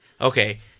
Okay